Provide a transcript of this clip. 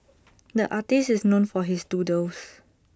the artist is known for his doodles